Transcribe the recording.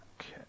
Okay